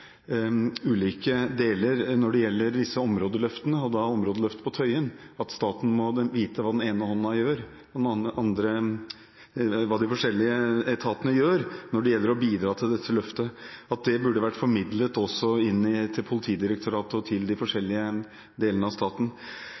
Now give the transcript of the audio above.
ulike deler når det gjelder disse områdeløftene, og områdeløftet på Tøyen, ble diskutert. Staten må vite hva de forskjellige etatene gjør når det gjelder å bidra til dette løftet. Det burde vært formidlet også inn til Politidirektoratet og til de forskjellige delene av staten.